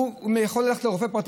הוא יכול ללכת לרופא פרטי,